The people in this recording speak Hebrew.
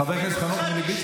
חבר הכנסת חנוך מלביצקי.